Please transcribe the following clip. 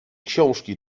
książki